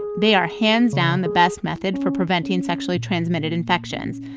they are hands-down the best method for preventing sexually transmitted infections,